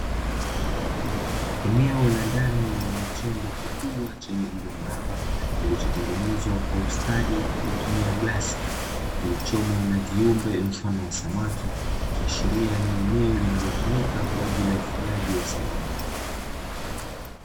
Eneo la ndani lenye chombo kikubwa chenye umbo la mraba kilichotengenezwa kwa ustadi kwa kutumia glasi, kilichomo na viumbe mfano wa samaki kiashiria ni eneo linalotumika kwa ajili ya ufugaji wa samaki.